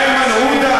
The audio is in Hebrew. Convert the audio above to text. מאיימן עודה,